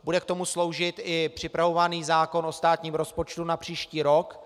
Bude k tomu sloužit i připravovaný zákon o státním rozpočtu na příští rok.